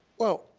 well,